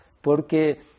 porque